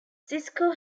cisco